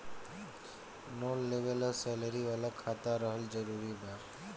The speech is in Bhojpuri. लोन लेवे ला सैलरी वाला खाता रहल जरूरी बा?